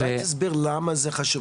אולי תסביר למה זה חשוב.